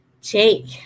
Jake